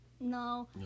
No